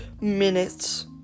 minutes